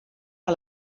que